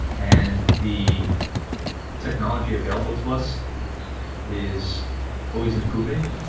and the technology available to us is always improving.